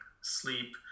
sleep